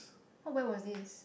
what where was this